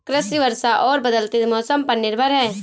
कृषि वर्षा और बदलते मौसम पर निर्भर है